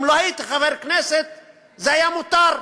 אם לא הייתי חבר כנסת זה היה מותר.